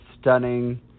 stunning